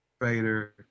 Fader